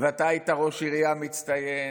ואתה היית ראש עירייה מצטיין,